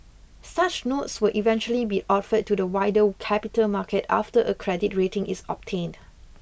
such notes will eventually be offered to the wider capital market after a credit rating is obtained